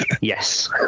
Yes